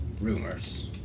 rumors